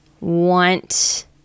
want